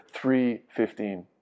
3.15